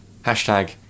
hashtag